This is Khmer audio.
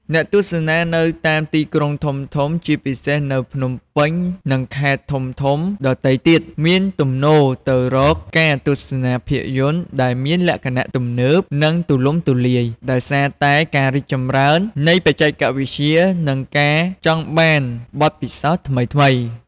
អ្នកទស្សនានៅតាមទីក្រុងធំៗ ជាពិសេសនៅ ភ្នំពេញ និងខេត្តធំៗដទៃទៀត មានទំនោរទៅរកការទស្សនាភាពយន្តដែលមានលក្ខណៈ ទំនើប និងទូលំទូលាយ ដោយសារតែការរីកចម្រើននៃបច្ចេកវិទ្យា និងការចង់បានបទពិសោធន៍ថ្មីៗ។